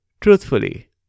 truthfully